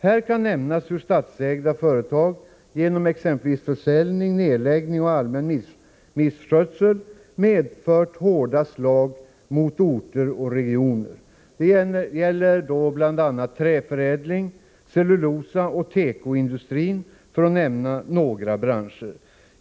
Här kan nämnas hur statsägda företag genom exempelvis försäljning, nedläggning och allmän misskötsel utdelat hårda slag mot orter och regioner. Det gäller träförädlings-, cellulosaoch tekoindustrin, för att nämna några branscher.